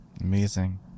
amazing